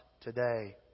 today